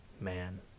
man